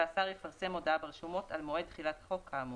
והשר יפרסם הודעה ברשומות על מועד תחילת החוק כאמור."